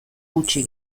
gutxi